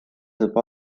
saab